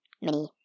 mini